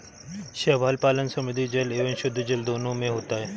शैवाल पालन समुद्री जल एवं शुद्धजल दोनों में होता है